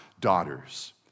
daughters